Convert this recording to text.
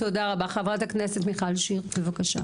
תודה רבה, חברת הכנסת מיכל שיר בבקשה.